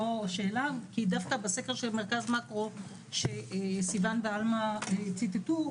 שאלה כי דווקא בסקר של מרכז מקרו שסיון ואלמה ציטטו,